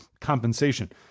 compensation